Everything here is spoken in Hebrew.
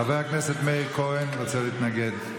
חבר הכנסת מאיר כהן רוצה להתנגד.